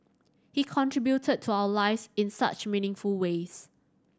he contributed to our lives in such meaningful ways